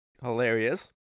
hilarious